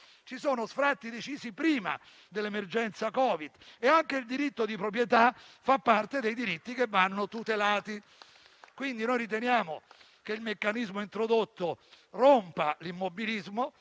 ci sono sfratti decisi prima dell'emergenza Covid e anche il diritto di proprietà fa parte dei diritti che vanno tutelati. Riteniamo, quindi, che il meccanismo introdotto rompa l'immobilismo,